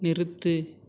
நிறுத்து